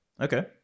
Okay